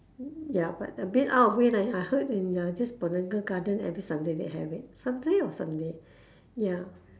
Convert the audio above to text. ya but abit out of way leh I heard in just botanical garden every sunday they have it saturday or sunday ya